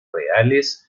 reales